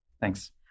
Thanks